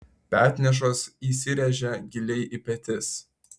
petnešos įsiręžia giliai į petis